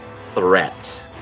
threat